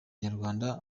nyarwanda